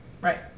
Right